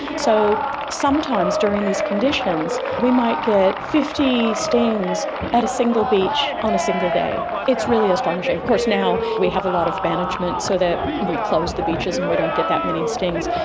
so sometimes during these conditions we might get fifty stings at a single beach on a single day, it's really astonishing. of course now we have a lot of management so that we close the beaches and we don't get that many stings,